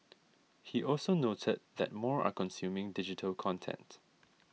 he also noted that more are consuming digital content